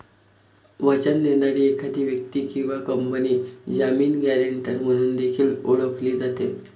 वचन देणारी एखादी व्यक्ती किंवा कंपनी जामीन, गॅरेंटर म्हणून देखील ओळखली जाते